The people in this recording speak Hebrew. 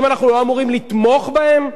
האם אנחנו לא אמורים לתמוך בהם?